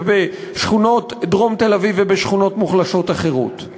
בשכונות דרום תל-אביב ובשכונות מוחלשות אחרות?